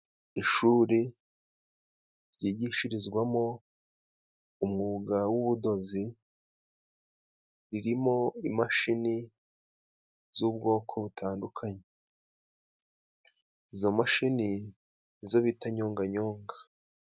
ishuri ryigishirizwamo umwuga w'ubudozi ririmo imashini z'ubwoko butandukanye izo mashini nizo bita nyonganyonga.